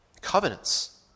covenants